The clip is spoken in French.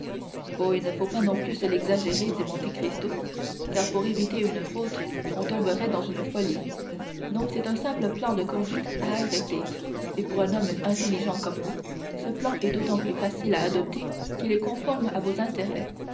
il ne faut pas non plus se l'exagérer dit monte cristo car pour éviter une faute on tomberait dans une folie non c'est un simple plan de conduite à arrêter et pour un homme intelligent comme vous ce plan est d'autant plus facile à adopter qu'il est conforme à vos intérêts